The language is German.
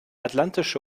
atlantische